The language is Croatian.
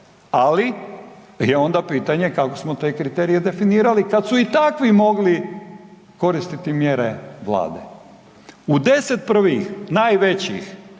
ali je onda pitanje kako smo te kriterije definirali kad su i takvi mogli koristiti mjere Vlade. U 10 prvih najvećih